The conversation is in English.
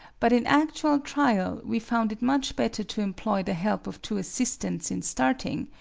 but in actual trial we found it much better to employ the help of two assistants in starting,